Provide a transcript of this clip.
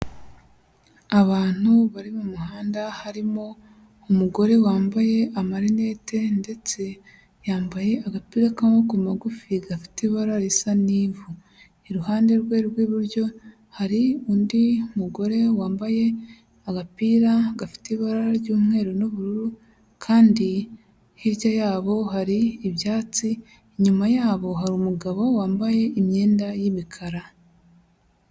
Abantu bari mu muhanda, harimo umugore wambaye amarinete ndetse yambaye agapira k'amaboko magufi gafite ibara risa n'ivu. Iruhande rwe rw'iburyo hari undi mugore wambaye agapira gafite ibara ry'umweru n'ubururu, kandi hirya yabo hari ibyatsi, inyuma yabo hari umugabo wambaye imyenda y'imikara.